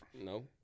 No